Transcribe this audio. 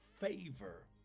favor